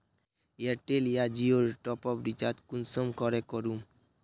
Airtel या जियोर top up recharge कुंसम करे करूम?